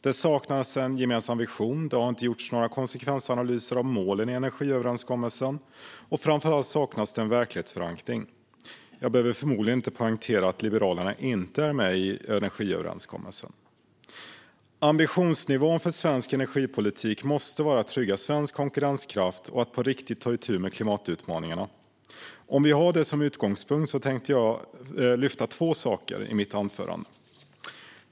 Det saknas en gemensam vision, det har inte gjorts några konsekvensanalyser av målen i energiöverenskommelsen och framför allt saknas det en verklighetsförankring. Jag behöver förmodligen inte poängtera att Liberalerna inte är med i energiöverenskommelsen. Ambitionsnivån för svensk energipolitik måste vara att trygga svensk konkurrenskraft och att på riktigt ta itu med klimatutmaningarna. Med detta som utgångspunkt tänkte jag lyfta fram två saker i mitt anförande.